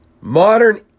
Modern